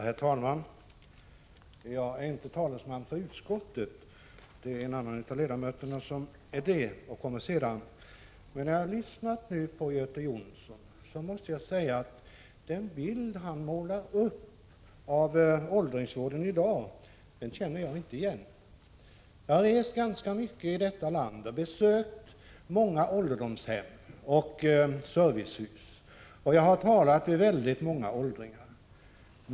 Herr talman! Jag är inte talesman för utskottet. Det är en annan av utskottsledamöterna, som kommer upp i debatten senare. Men när jag har lyssnat till Göte Jonsson måste jag säga att jag inte känner igen den bild han har målat upp av åldringsvården i dag. Jag har rest ganska mycket i detta land. Jag har besökt många ålderdomshem och servicehus, och jag har talat med väldigt många åldringar.